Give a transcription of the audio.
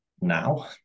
now